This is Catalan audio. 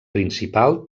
principal